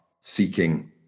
seeking